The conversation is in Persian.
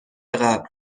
قبل